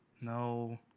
No